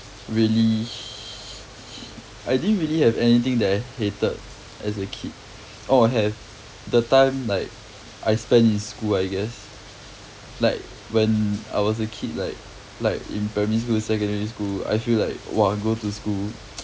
really h~ I didn't really have anything that I hated as a kid orh have the time like I spend in school I guess like when I was a kid like like in primary school secondary school I feel like !wah! go to school